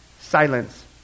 silence